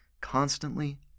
constantly